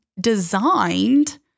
designed